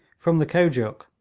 from the kojuk,